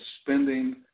spending